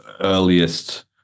earliest